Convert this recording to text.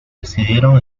decidieron